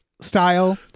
style